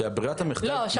לא,